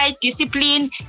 discipline